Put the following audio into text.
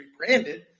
rebranded